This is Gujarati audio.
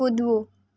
કૂદવું